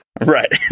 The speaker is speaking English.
Right